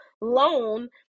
loan